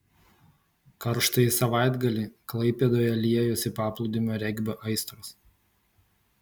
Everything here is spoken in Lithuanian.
karštąjį savaitgalį klaipėdoje liejosi paplūdimio regbio aistros